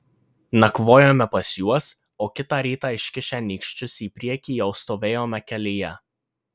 nakvojome pas juos o kitą rytą iškišę nykščius į priekį jau stovėjome kelyje